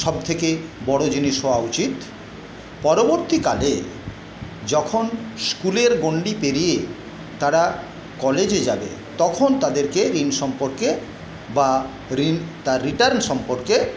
সবথেকে বড়ো জিনিস হওয়া উচিত পরবর্তীকালে যখন স্কুলের গণ্ডি পেরিয়ে তারা কলেজে যাবে তখন তাদেরকে ঋণ সম্পর্কে বা ঋণ তার রিটার্ন সম্পর্কে